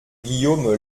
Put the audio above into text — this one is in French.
guillaume